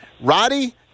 Roddy